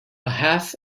half